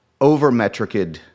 over-metriced